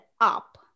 up